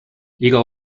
iga